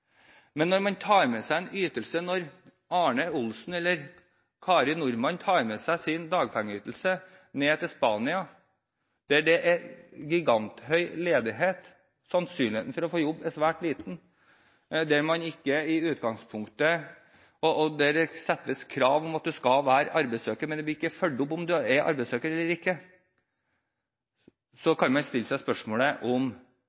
Men når man tar med seg en ytelse – når Arne Olsen eller Kari Nordmann tar med seg sin dagpengeytelse – ned til Spania, der det er giganthøy ledighet og sannsynligheten for å få jobb er svært liten, og der det settes krav om at man skal være arbeidssøker, men uten at det blir fulgt opp om man er arbeidssøker eller ikke,